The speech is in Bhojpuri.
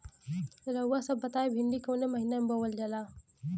रउआ सभ बताई भिंडी कवने महीना में बोवल जाला?